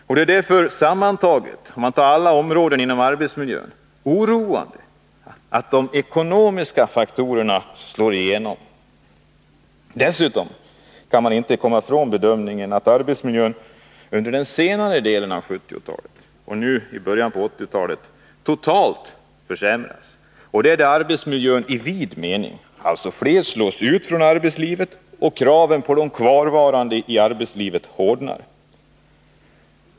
Och det är därför, alla områden inom arbetsmiljön sammantagna, oroande att de ekonomiska faktorerna slår igenom. Dessutom kan man inte komma ifrån bedömningen att arbetsmiljön under den senare delen av 1970-talet och nu i början av 1980-talet totalt har försämrats. Det gäller arbetsmiljön i vid mening — fler slås alltså ut från arbetslivet, och kraven på de kvarvarande i arbetslivet hårdnar.